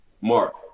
Mark